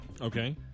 Okay